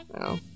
no